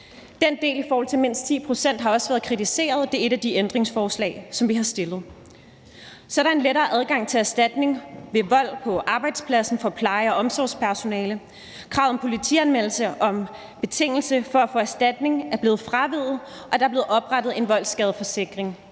Den del om de 10 pct. har også været kritiseret, og det handler et af de ændringsforslag, som vi har stillet, om. Så er der en lettere adgang til erstatning for pleje- og omsorgspersonale ved vold på arbejdspladsen. Kravet om politianmeldelse som betingelse for at få erstatning er blevet fraveget, og der er blevet oprettet en voldsskadeforsikring.